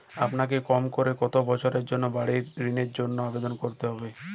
আমাকে কম করে কতো বছরের জন্য বাড়ীর ঋণের জন্য আবেদন করতে হবে?